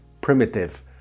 primitive